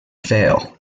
fail